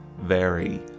vary